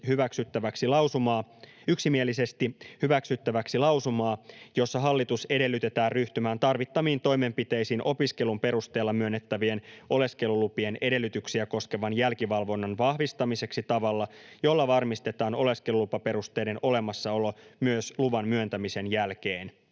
hyväksyttäväksi lausumaa, jossa hallitus edellytetään ryhtymään tarvittaviin toimenpiteisiin opiskelun perusteella myönnettävien oleskelulupien edellytyksiä koskevan jälkivalvonnan vahvistamiseksi tavalla, jolla varmistetaan oleskelulupaperusteiden olemassaolo myös luvan myöntämisen jälkeen.